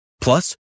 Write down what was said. Plus